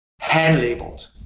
hand-labeled